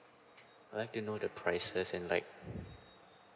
like you know the prices and like